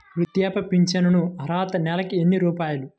వృద్ధాప్య ఫింఛను అర్హత నెలకి ఎన్ని రూపాయలు?